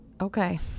Okay